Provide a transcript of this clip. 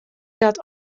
dat